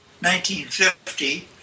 1950